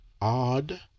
odd